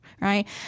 Right